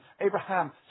Abraham